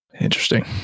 interesting